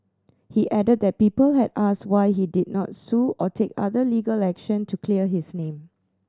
he added that people had asked why he did not sue or take other legal action to clear his name